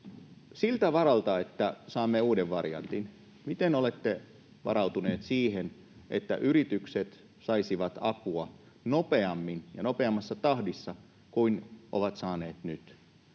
siltä varalta, että saamme uuden variantin: Miten olette varautuneet siihen, että yritykset saisivat apua nopeammin ja nopeammassa tahdissa kuin ovat saaneet nyt?